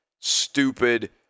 stupid